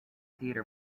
theatre